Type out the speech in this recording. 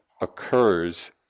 occurs